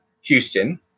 Houston